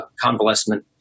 convalescent